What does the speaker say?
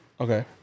Okay